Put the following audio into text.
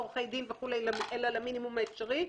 עורכי דין וכולי אלא למינימום האפשרי,